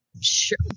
Sure